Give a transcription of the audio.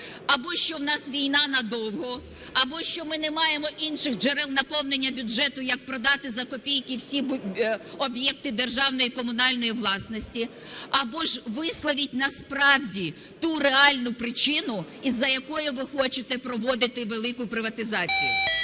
або що у нас війна надовго, або що ми не маємо інших джерел наповнення бюджету, як продати за копійки всі об'єкти державної і комунальної власності. Або ж висловіть насправді ту реальну причину, із-за якої ви хочете проводити велику приватизацію.